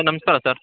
sir ನಮಸ್ಕಾರ sir